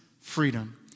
freedom